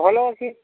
ହ ଭଲ ଅଛି